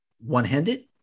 one-handed